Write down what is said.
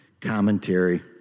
commentary